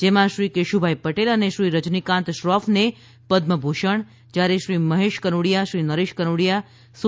જેમાં શ્રી કેશુભાઈ પટેલ અને શ્રી રજનીકાન્ત શ્રોફને પદમભૂષણ જયારે શ્રી મહેશ કનોડીયા શ્રી નરેશ કનોડીયા સુ